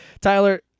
Tyler